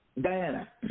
Diana